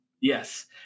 Yes